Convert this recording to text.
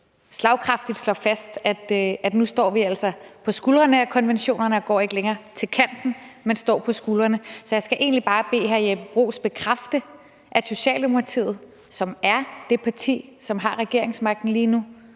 slagkraftigt slår fast, at nu står vi altså på skuldrene af konventionerne og går ikke længere til kanten, men står på skuldrene. Så jeg skal egentlig bare bede hr. Jeppe Bruus bekræfte, at Socialdemokratiet, som er det parti, som har regeringsmagten lige nu,